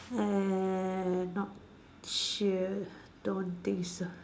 uh not sure don't think so